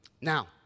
Now